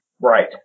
Right